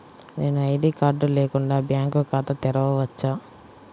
నేను ID card లేకుండా bank ఖాతా తెరవచ్చా?